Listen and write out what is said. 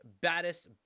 baddest